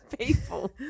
people